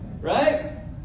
Right